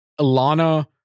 Alana